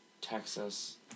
Texas